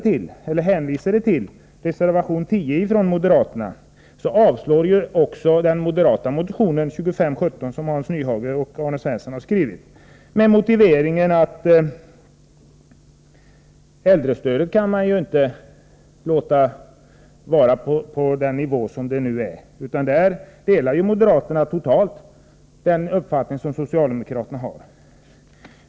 tillåtas vara på den nivå som det nu har. På den punkten delar moderaterna totalt den uppfattning som socialdemokraterna har.